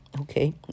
Okay